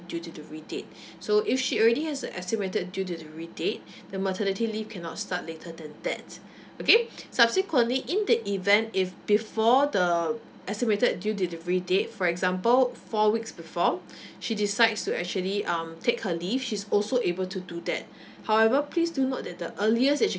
due delivery date so if she already has a estimated due delivery date the maternity leave cannot start later than that okay subsequently in the event if before the estimated due delivery date for example four weeks before she decides to actually um take her leave she's also able to do that however please do note that the earliest that she can